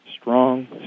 strong